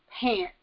pants